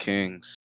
Kings